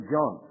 John